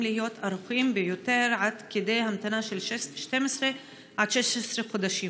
להיות ארוכים ביותר עד כדי המתנה של 12 16 חודשים,